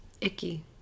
icky